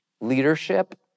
leadership